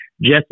Jesse